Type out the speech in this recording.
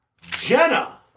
Jenna